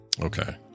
Okay